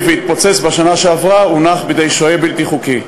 בשנה שעברה הונח בידי שוהה בלתי חוקי.